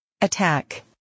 attack